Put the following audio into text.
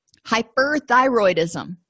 Hyperthyroidism